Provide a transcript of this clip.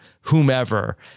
whomever